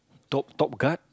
top top guard